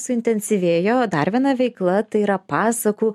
suintensyvėjo dar viena veikla tai yra pasakų